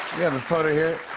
we have a photo here.